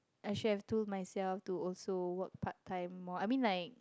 I should have told myself to also work part time more I mean like